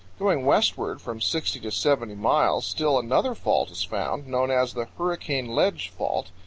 going westward from sixty to seventy miles, still another fault is found, known as the hurricane ledge fault.